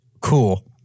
cool